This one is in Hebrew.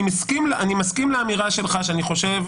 אני מסכים לאמירה שלך שאני חושב,